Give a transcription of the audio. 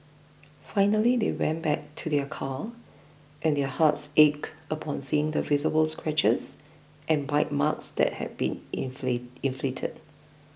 finally they went back to their car and their hearts ached upon seeing the visible scratches and bite marks that had been inflicted